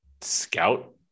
scout